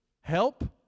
help